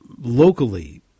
locally